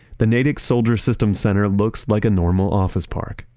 the natick soldier system center looks like a normal office park,